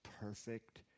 perfect